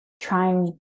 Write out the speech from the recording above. trying